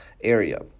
area